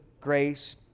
grace